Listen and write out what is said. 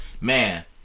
Man